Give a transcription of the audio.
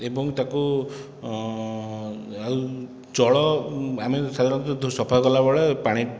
ଏବଂ ତାକୁ ଆଉ ଚଳ ଆମେ ସାଧାରଣତଃ ସଫା କଲାବେଳେ ପାଣି